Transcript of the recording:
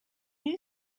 new